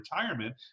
retirement